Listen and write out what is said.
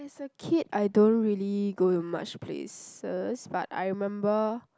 as a kid I don't really go to much places but I remember